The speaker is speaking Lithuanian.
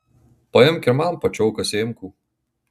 paimk ir man pačioką sėmkų